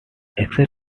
access